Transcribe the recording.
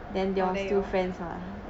orh then you all